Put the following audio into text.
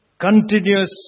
Continuous